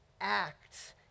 acts